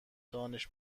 دانش